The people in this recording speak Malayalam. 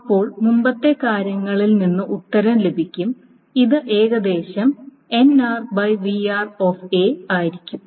അപ്പോൾ മുമ്പത്തെ കാര്യങ്ങളിൽ നിന്ന് ഉത്തരം ലഭിക്കും ഇത് ഏകദേശം ആയിരിക്കും